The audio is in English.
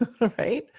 right